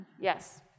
Yes